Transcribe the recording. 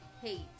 hate